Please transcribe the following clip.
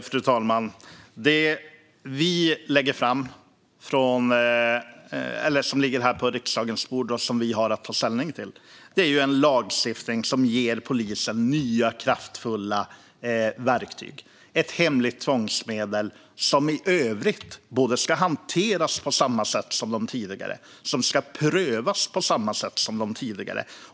Fru talman! Det som nu ligger på riksdagens bord och som vi har att ta ställning till är en lagstiftning som ger polisen nya, kraftfulla verktyg - ett hemligt tvångsmedel som i övrigt ska hanteras på samma sätt som de tidigare och prövas på samma sätt som de tidigare.